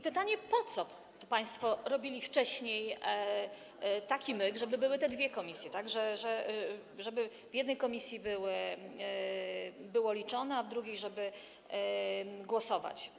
Pytanie: Po co państwo robili wcześniej taki myk, żeby były te dwie komisje, żeby w jednej komisji było to liczone, a w drugiej żeby głosować?